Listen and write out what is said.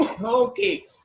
Okay